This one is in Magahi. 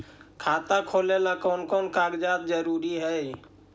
खाता खोलें ला कोन कोन कागजात जरूरी है?